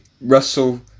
Russell